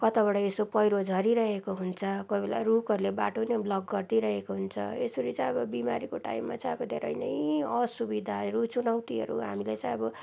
कताबाट यसो पहिरो झरिरहेको हुन्छ कोही बेला रुखहरूले बाटो नै ब्लक गरिदिइ रहेको हुन्छ यसरी चाहिँ अब बिमारीको टाइममा चाहिँ अब धेरै नै असुविधाहरू चुनौतीहरू हामीलाई चाहिँ अब